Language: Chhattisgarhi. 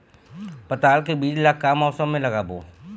पताल के बीज ला का मौसम मे लगाबो?